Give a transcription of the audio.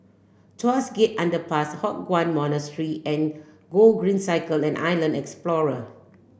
Tuas Gest Underpass Hock Chuan Monastery and Gogreen Cycle and Island Explorer